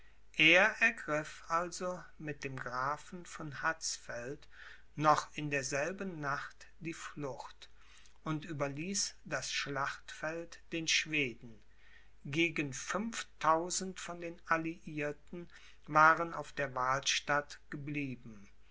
er ergriff also mit dem grafen von hatzfeld noch in derselben nacht die flucht und überließ das schlachtfeld den schweden gegen fünftausend von den alliierten waren auf der wahlstatt geblieben